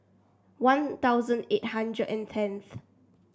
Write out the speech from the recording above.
One Thousand eight hundred and tenth